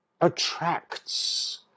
attracts